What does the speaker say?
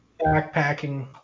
Backpacking